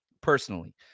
personally